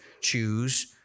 choose